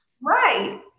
right